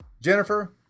Jennifer